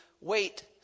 wait